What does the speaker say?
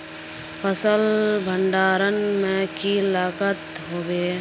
फसल भण्डारण में की लगत होबे?